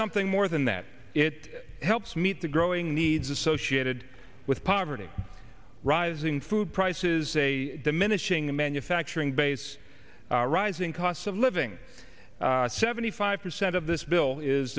something more than that it helps meet the growing needs associated with poverty rising food prices a diminishing the manufacturing base rising costs of living seventy five percent of this bill is